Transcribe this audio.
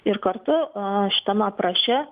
ir kartu šitam apraše